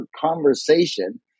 conversation